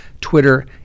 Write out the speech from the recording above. Twitter